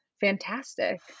fantastic